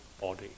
body